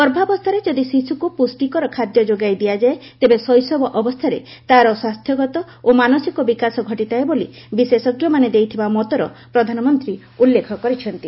ଗର୍ଭାବସ୍ଥାରେ ଯଦି ଶିଶୁକୁ ପୁଷ୍ଟିକର ଖାଦ୍ୟ ଯୋଗାଇ ଦିଆଯାଏ ତେବେ ଶୈଶବ ଅବସ୍ଥାରେ ତା'ର ସ୍ୱାସ୍ଥ୍ୟଗତ ଓ ମାନସିକ ବିକାଶ ଘଟିଥାଏ ବୋଲି ବିଶେଷଜ୍ଞମାନେ ଦେଇଥିବା ମତର ପ୍ରଧାନମନ୍ତ୍ରୀ ଉଲ୍ଲେଖ କରିଛନ୍ତି